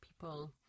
people